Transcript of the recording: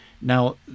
Now